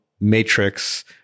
matrix